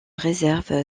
réserve